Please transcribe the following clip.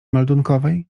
meldunkowej